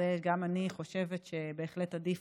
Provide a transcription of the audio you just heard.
גם אני חושבת שתמיד עדיף